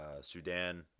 Sudan